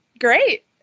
great